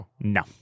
no